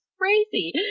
crazy